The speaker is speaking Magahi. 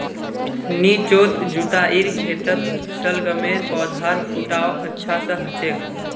निचोत जुताईर खेतत शलगमेर पौधार फुटाव अच्छा स हछेक